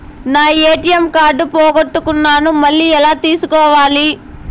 నా ATM card పోగొట్టుకున్నాను, మళ్ళీ ఎలా తీసుకోవాలి?